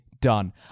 done